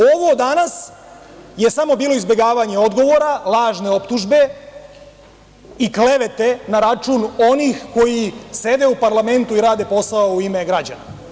Ovo danas je samo bilo izbegavanje odgovora, lažne optužbe i klevete na račun onih koji sede u parlamentu i rade posao u ime građana.